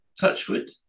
Touchwood